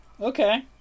okay